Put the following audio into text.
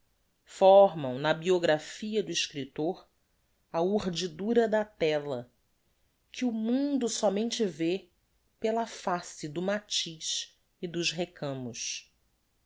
formam na biographia do escriptor a urdidura da tela que o mundo sómente vê pela face do matiz e dos recamos